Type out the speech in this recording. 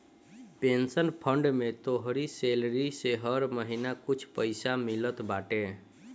pension fund में तोहरी salary से हर महिना कुछ पईसा मिलत बाटे